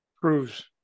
proves